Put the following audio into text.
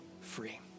free